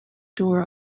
door